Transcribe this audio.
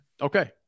Okay